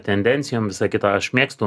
tendencijom visą kitą aš mėgstu